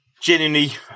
genuinely